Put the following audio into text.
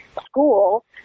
school